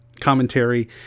commentary